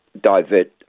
divert